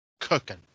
cooking